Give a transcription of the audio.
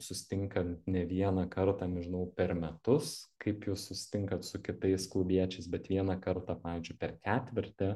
susitinkant ne vieną kartą nežinau per metus kaip jūs susitinkat su kitais klubiečiais bet vieną kartą pavyzdžiui per ketvirtį